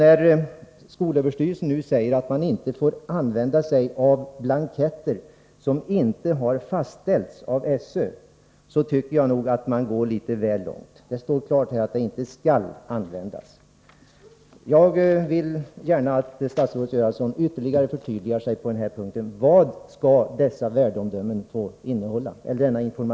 När skolöverstyrelsen nu säger att man inte får använda blanketter som inte har fastställts av SÖ, tycker jag nog att man går litet väl långt. Det står klart att sådana inte skall användas. Jag vill gärna att statsrådet Göransson ytterligare förtydligar sig på den här punkten: Vad skall denna information få innehålla?